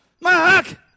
Mark